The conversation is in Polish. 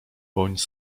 bądź